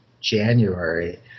January